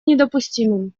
недопустимым